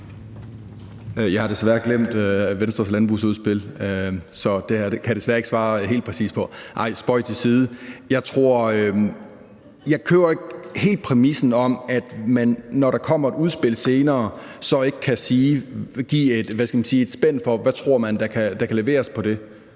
Jeg har desværre glemt Venstres landbrugsudspil, så det kan jeg ikke svare helt præcist på – nej, spøg til side. Jeg køber ikke helt præmissen om, at man, fordi der kommer et udspil senere, så ikke kan give – hvad skal man sige – et